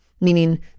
meaning